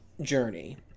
journey